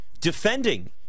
defending